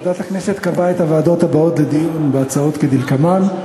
ועדת הכנסת קבעה את הוועדות הבאות לדיון בהצעות כדלקמן: